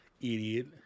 idiot